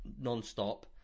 non-stop